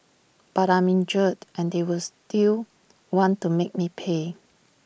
but I'm injured and they were still want to make me pay